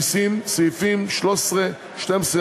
(מסים) סעיפים 13(12)(א),